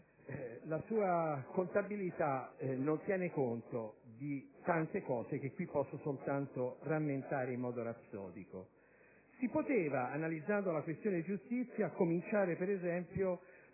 la sua contabilità non tiene conto di tante cose che qui posso soltanto rammentare in modo rapsodico. Analizzando la questione giustizia, si poteva per esempio